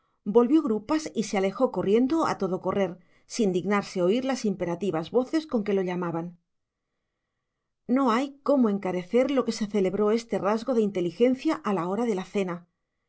volvió grupas y se alejó corriendo a todo correr sin dignarse oír las imperativas voces con que lo llamaban no hay cómo encarecer lo que se celebró este rasgo de inteligencia a la hora de la cena